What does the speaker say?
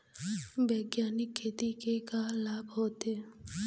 बैग्यानिक खेती के का लाभ होथे?